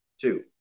Two